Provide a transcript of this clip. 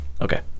Okay